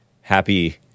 happy